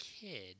kid